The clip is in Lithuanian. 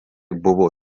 buvo